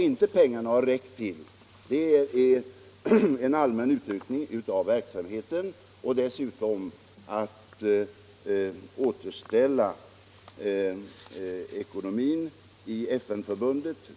Vad pengarna inte har räckt till är en allmän utökning av verksamheten och att återställa ekonomin i förbundet.